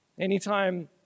Anytime